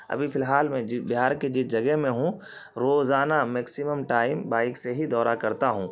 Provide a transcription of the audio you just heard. ابھی فی الحال میں بہار کے جس جگہ میں ہوں روزانہ میکسیمم ٹائم بائک سے ہی دورہ کرتا ہوں